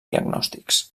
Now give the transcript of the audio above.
diagnòstics